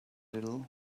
little